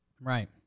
Right